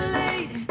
late